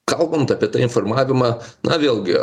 kalbant apie tą informavimą na vėlgi